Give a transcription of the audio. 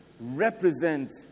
represent